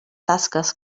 tasques